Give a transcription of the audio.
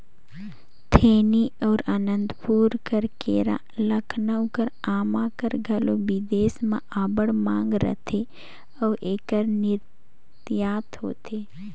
थेनी अउ अनंतपुर कर केरा, लखनऊ कर आमा कर घलो बिदेस में अब्बड़ मांग रहथे अउ एकर निरयात होथे